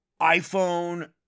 iPhone